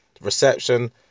reception